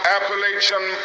Appalachian